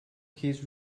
keys